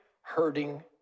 hurting